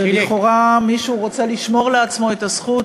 ולכאורה מישהו רוצה לשמור לעצמו את הזכות